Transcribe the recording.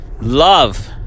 Love